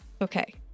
Okay